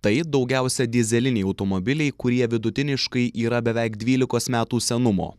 tai daugiausia dyzeliniai automobiliai kurie vidutiniškai yra beveik dvylikos metų senumo